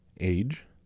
age